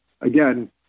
again